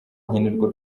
nkenerwa